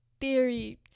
Theory